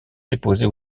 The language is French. déposés